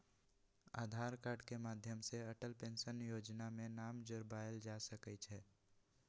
आधार card के माध्यम से अटल पेंशन जोजना में नाम जोरबायल जा सकइ छै